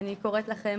אני קוראת לכם,